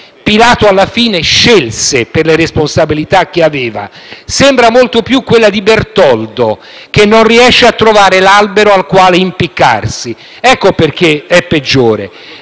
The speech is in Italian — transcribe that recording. Pilato, alla fine, scelse per le responsabilità che aveva: sembra molto più quella di Bertoldo, che non riesce a trovare l'albero al quale impiccarsi. Ecco perché è peggiore.